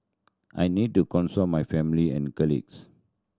I need to consult my family and colleagues